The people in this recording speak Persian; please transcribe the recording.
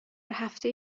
هفته